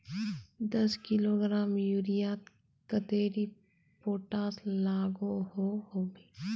दस किलोग्राम यूरियात कतेरी पोटास लागोहो होबे?